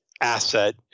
asset